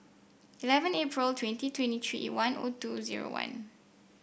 eleven April twenty twenty three zero O two zero one